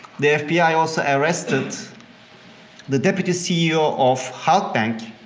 the fbi also arrested the deputy ceo of halk bank,